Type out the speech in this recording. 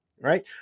right